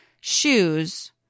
shoes